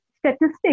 Statistics